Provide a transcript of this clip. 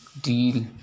deal